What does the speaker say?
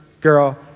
girl